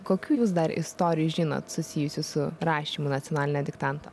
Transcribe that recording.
kokių jūs dar istorijų žinot susijusių su rašymu nacionalinio diktanto